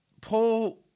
Paul